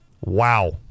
Wow